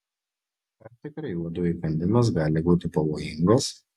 ar tikrai uodų įkandimas gali būti pavojingas